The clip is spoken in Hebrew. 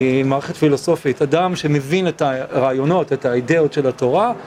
היא מערכת פילוסופית, אדם שמבין את הרעיונות, את האידאות של התורה.